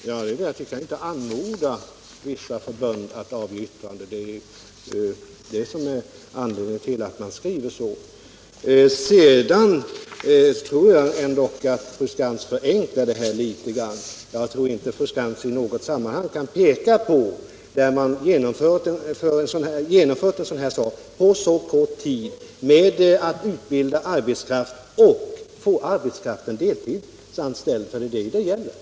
Herr talman! Vi kan naturligtvis inte anmoda olika förbund att avge yttrande — det är detta som är anledningen till att man skriver så. Jag tror att fru Skantz förenklar frågan litet. Hon kan knappast peka på att man i något sammanhang kunnat genomföra en sådan här sak på så kort tid som det här gäller. Man måste utbilda arbetskraft och få den deltidsanställd — det är ju bl.a. detta det handlar om.